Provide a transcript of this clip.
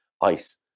ice